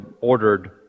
ordered